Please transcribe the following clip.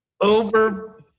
over